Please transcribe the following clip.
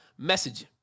messaging